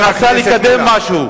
מנסה לקדם משהו,